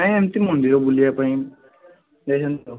ନାଇ ଏମିତି ମନ୍ଦିର ବୁଲିବାପାଇଁ ଯାଇଥାନ୍ତି ତ